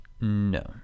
No